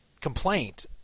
complaint